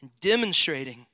demonstrating